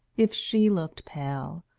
if she looked pale,